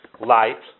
light